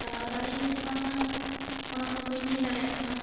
ᱪᱟᱞᱟᱣ ᱫᱟᱲᱮᱭᱟᱜᱟᱹᱧ ᱥᱮ ᱵᱟᱝᱟ ᱚᱱᱟ ᱦᱚᱸ ᱵᱟᱹᱧ ᱞᱟᱹᱭ ᱫᱟᱲᱮᱭᱟᱜ ᱠᱟᱱᱟ